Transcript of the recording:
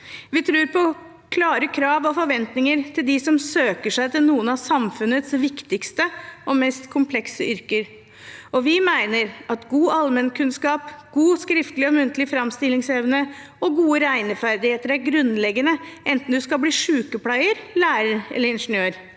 Vi tror på klare krav og forventninger til dem som søker seg til noen av samfunnets viktigste og mest komplekse yrker, og vi mener at god allmennkunnskap, god skriftlig og muntlig framstillingsevne og gode regneferdigheter er grunnleggende enten du skal bli sykepleier, lærer eller ingeniør.